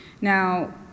Now